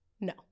No